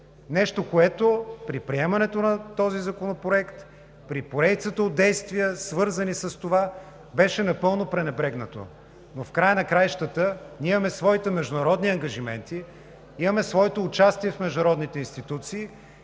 нещо, което при приемането на този законопроект, при поредицата от действия, свързани с това, беше напълно пренебрегнато. В края на краищата ние имаме своите международни ангажименти, имаме своето участие в международните институции,